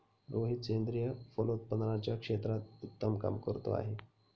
रोहित सेंद्रिय फलोत्पादनाच्या क्षेत्रात उत्तम काम करतो आहे